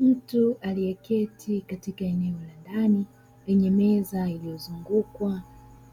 Mtu aliyeketi katika eneo la ndani lenye meza iliyozungukwa